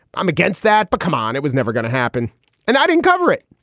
i'm against that. but come on. it was never gonna happen and i didn't cover it.